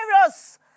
virus